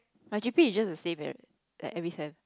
my g_p_a is just the same leh like every sem